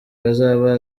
bazaba